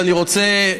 ואני רוצה,